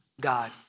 God